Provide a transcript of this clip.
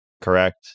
correct